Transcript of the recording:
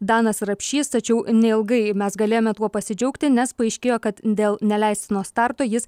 danas rapšys tačiau neilgai mes galėjome tuo pasidžiaugti nes paaiškėjo kad dėl neleistino starto jis